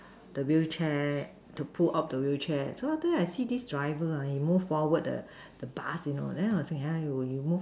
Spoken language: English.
the wheelchair to pull up the wheelchair so after that I see this driver he move forward the the bus you know then I was like you move